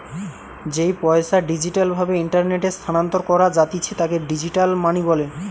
যেই পইসা ডিজিটাল ভাবে ইন্টারনেটে স্থানান্তর করা জাতিছে তাকে ডিজিটাল মানি বলে